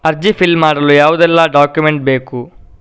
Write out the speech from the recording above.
ಅರ್ಜಿ ಫಿಲ್ ಮಾಡಲು ಯಾವುದೆಲ್ಲ ಡಾಕ್ಯುಮೆಂಟ್ ಬೇಕು?